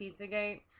Pizzagate